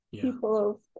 people